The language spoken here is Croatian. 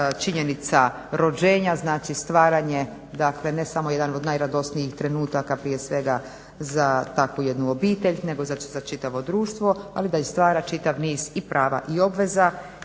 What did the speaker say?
činjenica rođenja, znači stvaranje, dakle ne samo jedan od najradosnijih trenutaka prije svega za takvu jednu obitelj, nego za čitavo društvo, ali da i stvara čitav niz i prava i obaveza.